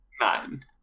Nine